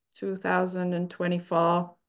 2024